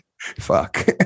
Fuck